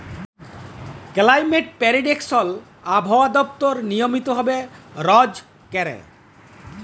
climate prediction আবহাওয়া দপ্তর নিয়মিত ভাবে রজ ক্যরে